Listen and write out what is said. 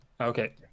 Okay